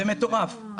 זה מטורף, מטורף.